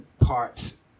parts